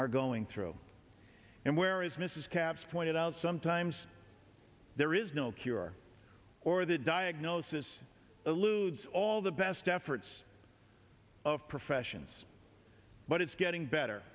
are going through and where is mrs capps pointed out sometimes there is no cure or the diagnosis eludes all the best efforts of professions but it's getting better